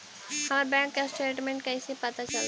हमर bank statement कैसे पता चलतै?